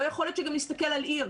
לא יכול להיות גם שנסתכל על עיר.